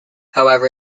however